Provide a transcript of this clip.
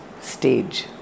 stage